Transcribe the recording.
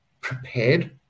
prepared